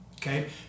okay